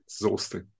Exhausting